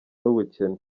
n’ubukene